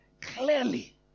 clearly